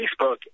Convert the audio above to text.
Facebook